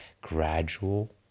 gradual